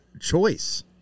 choice